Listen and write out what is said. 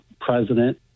president